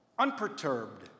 Unperturbed